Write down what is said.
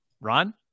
Ron